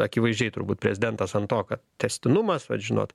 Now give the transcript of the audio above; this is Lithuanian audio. akivaizdžiai turbūt prezidentas ant to kad tęstinumas vat žinot